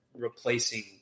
replacing